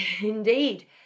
Indeed